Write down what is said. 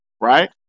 right